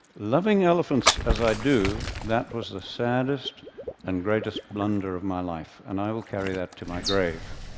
loving elephants as i do, that was the saddest and greatest blunder of my life, and i will carry that to my grave.